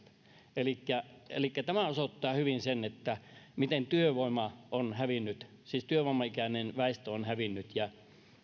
elikkä elikkä tämä osoittaa hyvin sen miten työvoima on hävinnyt siis työvoimaikäinen väestö on hävinnyt